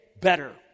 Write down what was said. better